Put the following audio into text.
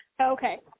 Okay